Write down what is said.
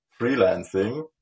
freelancing